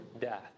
death